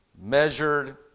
measured